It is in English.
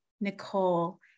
nicole